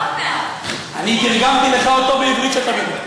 אני תרגמתי לך אותו לעברית, שתבין.